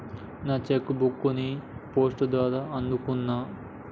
నా cheque book ని post ద్వారా అందుకున్నా